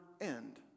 end